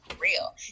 real